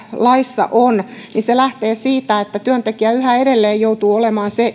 laissa on että se lähtee siitä että työntekijä yhä edelleen joutuu olemaan se